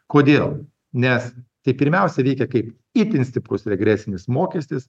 kodėl nes tai pirmiausia veikia kaip itin stiprus regresinis mokestis